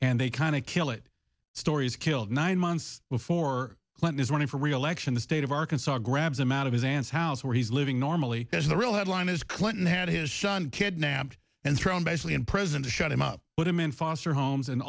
and they kind of kill it stories killed nine months before clinton is running for reelection the state of arkansas grabs him out of his aunt's house where he's living normally as the real headline is clinton had his son kidnapped and thrown basically and president to shut him up put him in foster homes and